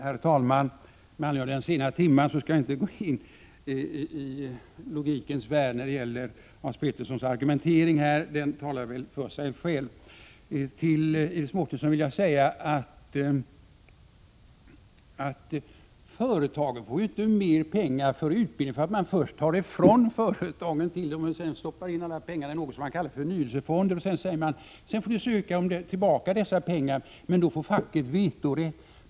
Herr talman! Med anledning av den sena timmen skall jag inte gå in i — 22 april 1987 logikens värld när det gäller Hans Peterssons i Hallstahammar argumentering här; den talar väl för sig själv. Till Iris Mårtensson vill jag säga att företagen ju inte får mer pengar till utbildning för att man först tar ifrån företagen medel och sedan stoppar in alla pengarna i någonting som man kallar förnyelsefonder och säger: Sedan får ni ansöka om att få tillbaka dessa pengar, men då får facket vetorätt.